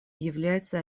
является